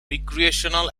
recreational